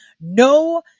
No